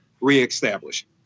reestablish